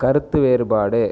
கருத்து வேறுபாடு